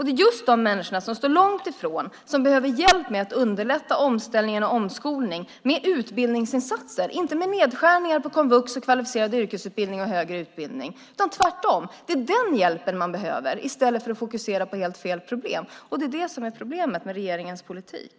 Det är just de människor som står långt ifrån som behöver hjälp med att underlätta omställning och omskolning med utbildningsinsatser, inte med nedskärningar på komvux, kvalificerad yrkesutbildning och högre utbildning. Tvärtom. Det är den hjälpen man behöver i stället för att fokusera på helt fel problem. Det är problemet med regeringens politik.